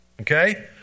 Okay